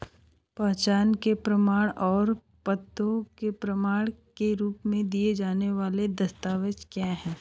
पहचान के प्रमाण और पते के प्रमाण के रूप में दिए जाने वाले दस्तावेज क्या हैं?